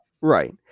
Right